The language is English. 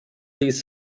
these